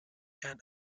and